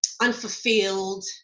unfulfilled